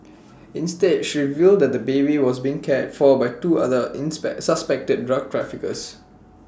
instead she revealed that the baby was being cared for by two other inspect suspected drug traffickers